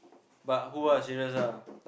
but who ah serious ah